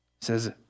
says